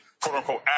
quote-unquote